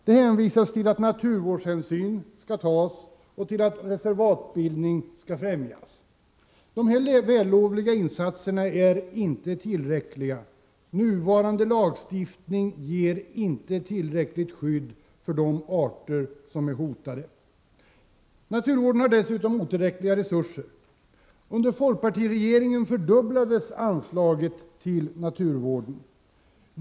Det hänvisas till att naturvårdshänsyn skall tas och till att reservatbildning skall främjas. De vällovliga insatserna är inte tillräckliga. Nuvarande lagstiftning ger inte tillräckligt skydd för de arter som är hotade. Naturvården har dessutom otillräckliga resurser. Under folkpartiregeringen fördubblades anslaget till naturvård.